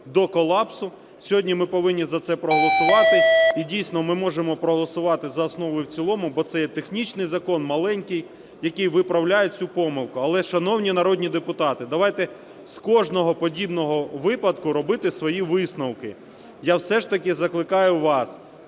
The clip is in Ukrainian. до колапсу. Сьогодні ми повинні за це проголосувати. І, дійсно, ми можемо проголосувати за основу і в цілому, бо це є технічний закон, маленький, який виправляє цю помилку. Але, шановні народні депутати, давайте з кожного подібного випадку робити свої висновки. Я все ж таки закликаю вас,